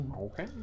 Okay